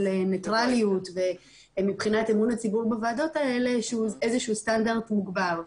ניטרליות מבחינת אמון הציבור בוועדות האלה שהוא איזה שהוא סטנדרט מוגבר,